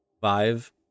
Five